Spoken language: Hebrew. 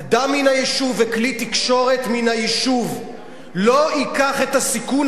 אדם מן היישוב וכלי תקשורת מן היישוב לא ייקח את הסיכון